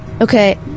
okay